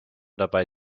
dabei